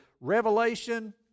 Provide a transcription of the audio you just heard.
revelation